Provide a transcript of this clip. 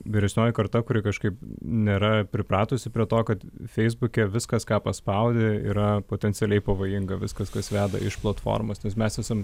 vyresnioji karta kuri kažkaip nėra pripratusi prie to kad feisbuke viskas ką paspaudi yra potencialiai pavojinga viskas kas veda iš platformos nes mes esam